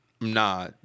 Nah